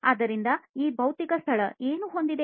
ಆದ್ದರಿಂದ ಈ ಭೌತಿಕ ಸ್ಥಳವು ಏನು ಹೊಂದಿದೆ